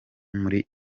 muri